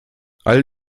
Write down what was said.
all